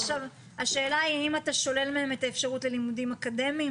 השאלה היא אם אתה שולל מהם את האפשרות ללימודים אקדמיים,